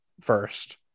first